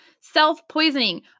Self-poisoning